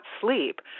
sleep